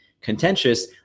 contentious